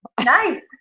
Nice